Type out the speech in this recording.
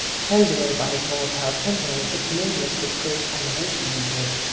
carried away by his volatile temperament, the canadian put great animation into it.